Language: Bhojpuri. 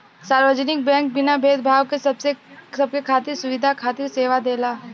सार्वजनिक बैंक बिना भेद भाव क सबके खातिर सुविधा खातिर सेवा देला